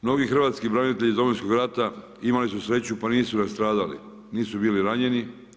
Mnogi hrvatski branitelji iz Domovinskog rata imali su sreću pa nisu nastradali, nisu bili ranjeni.